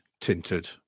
tinted